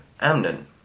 Amnon